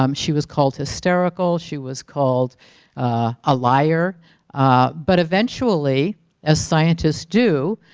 um she was called hysterical, she was called a liar but eventually as scientists do